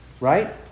Right